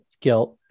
guilt